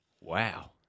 Wow